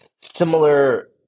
similar